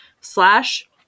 slash